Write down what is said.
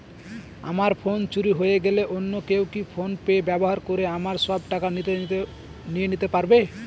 আমার ফোন চুরি হয়ে গেলে অন্য কেউ কি ফোন পে ব্যবহার করে আমার সব টাকা নিয়ে নিতে পারবে?